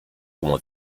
como